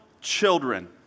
children